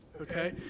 okay